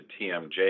TMJ